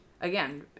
again